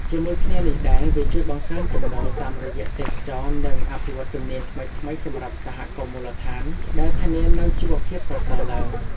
ជាមួយគ្នានេះដែរ វាជួយ បង្កើនចំណូល តាមរយៈទេសចរណ៍ និង អភិវឌ្ឍន៍ជំនាញ ថ្មីៗសម្រាប់សហគមន៍មូលដ្ឋាន ដែលធានានូវជីវភាពប្រសើរឡើង។